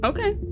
Okay